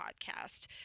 podcast